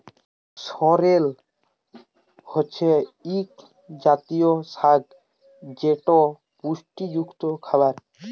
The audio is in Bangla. সরেল হছে ইক জাতীয় সাগ যেট পুষ্টিযুক্ত খাবার